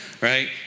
Right